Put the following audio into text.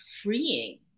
freeing